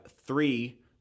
three